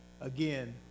Again